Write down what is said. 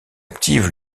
active